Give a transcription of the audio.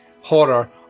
horror